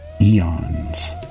eons